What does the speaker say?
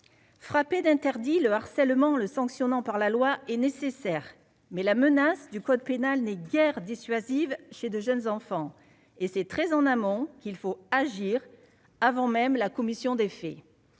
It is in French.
frappé d'interdit le harcèlement le sanctionnant par la loi est nécessaire, mais la menace du code pénal n'est guère dissuasives chez de jeunes enfants et c'est très en amont qu'il faut agir avant même la commission des faits,